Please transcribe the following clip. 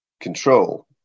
control